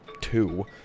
two